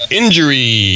injury